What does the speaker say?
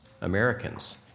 Americans